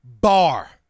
Bar